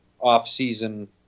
off-season